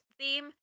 theme